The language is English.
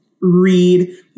read